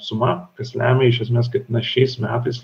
suma kas lemia iš esmės kaip mes šiais metais